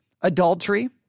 adultery